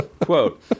Quote